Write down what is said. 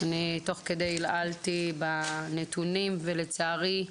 אני תוך כדי עלעלתי בנתונים ולצערי,